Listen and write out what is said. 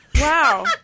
Wow